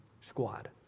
squad